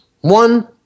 One